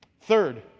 Third